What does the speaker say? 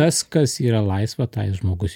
tas kas yra laisva tą ir žmogus